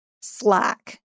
Slack